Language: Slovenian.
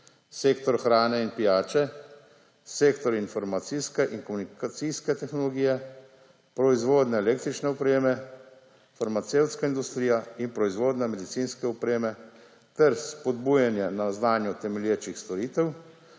sektor hrane in pijače, sektor informacijske in komunikacijske tehnologije, proizvodnjo električne opreme, farmacevtsko industrija in proizvodnjo medicinske opreme ter spodbujanje na znanju temelječih storitev,